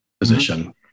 position